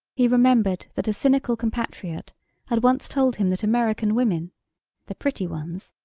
he remembered that a cynical compatriot had once told him that american women the pretty ones,